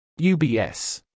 UBS